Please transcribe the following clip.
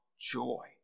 joy